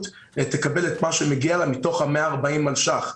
תקבל את מה שמגיע לה מתך ה-140 מיליון שקלים.